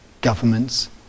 governments